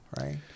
right